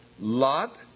Lot